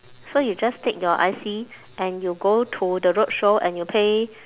so you just take your I_C and you go to the roadshow and you pay